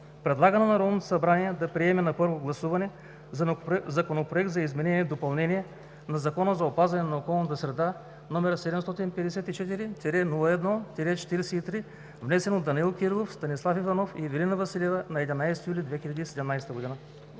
Предлага на Народното събрание да приеме на първо гласуване Законопроект за изменение и допълнение на Закона за опазване на околната среда, № 754-01-43, внесен от Данаил Кирилов, Станислав Иванов и Ивелина Василева на 11 юли 2017 г.“